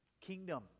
kingdom